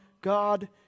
God